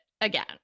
again